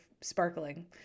sparkling